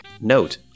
note